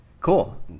Cool